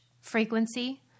frequency